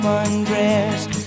undressed